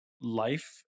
life